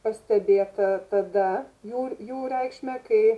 pastebėta tada jų jų reikšmę kai